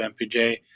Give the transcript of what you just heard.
MPJ